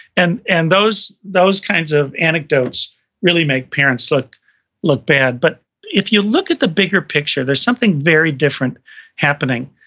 and and those those kinds of anecdotes really make parents look look bad. but if you look at the bigger picture, there's something very different happening.